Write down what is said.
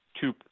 two